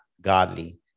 godly